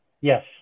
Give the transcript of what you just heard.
yes